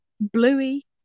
Bluey